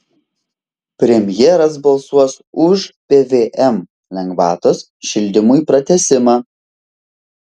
premjeras balsuos už pvm lengvatos šildymui pratęsimą